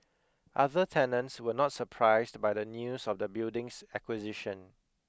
other tenants were not surprised by the news of the building's acquisition